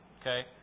Okay